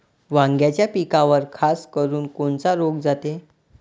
वांग्याच्या पिकावर खासकरुन कोनचा रोग जाते?